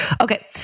Okay